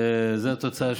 וזאת התוצאה?